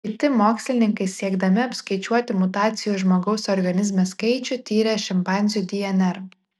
kiti mokslininkai siekdami apskaičiuoti mutacijų žmogaus organizme skaičių tyrė šimpanzių dnr